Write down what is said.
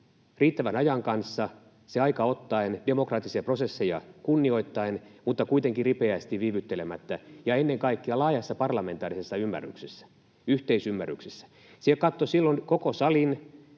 riittävän ajan kanssa, se aika ottaen, demokraattisia prosesseja kunnioittaen mutta kuitenkin ripeästi, viivyttelemättä ja ennen kaikkea laajassa parlamentaarisessa yhteisymmärryksessä — kattoi silloin koko salin,